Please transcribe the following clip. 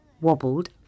wobbled